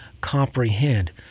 comprehend